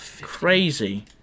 Crazy